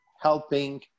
helping